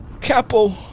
Capo